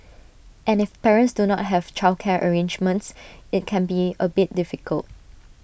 and if parents do not have childcare arrangements IT can be A bit difficult